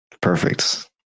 perfect